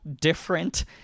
different